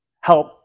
help